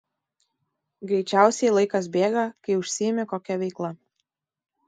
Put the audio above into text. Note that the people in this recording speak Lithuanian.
greičiausiai laikas bėga kai užsiimi kokia veikla